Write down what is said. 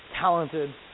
talented